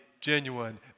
genuine